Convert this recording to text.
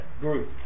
group